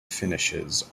finishes